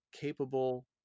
capable